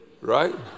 right